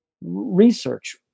Research